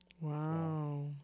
Wow